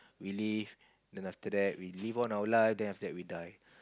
we live then after that we live on our lives then after that we die